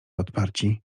odparci